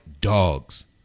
dogs